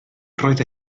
roedd